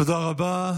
תודה רבה.